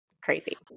crazy